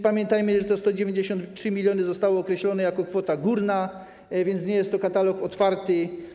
Pamiętajmy też, że te 193 mln zostały określone jako kwota górna, więc nie jest to katalog otwarty.